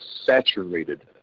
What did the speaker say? saturated